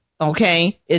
Okay